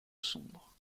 sombre